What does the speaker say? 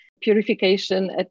purification